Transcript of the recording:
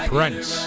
Prince